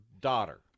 daughter